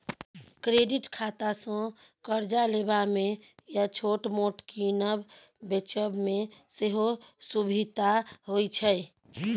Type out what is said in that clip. credit खातासँ करजा लेबा मे या छोट मोट कीनब बेचब मे सेहो सुभिता होइ छै